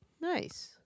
Nice